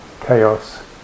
chaos